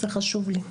זה חשוב לי.